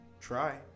Try